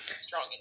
strong